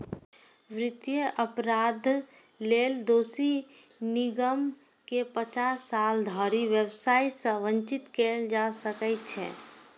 वित्तीय अपराध लेल दोषी निगम कें पचास साल धरि व्यवसाय सं वंचित कैल जा सकै छै